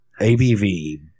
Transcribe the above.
ABV